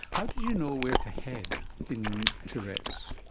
how did you know where to head in tourette's,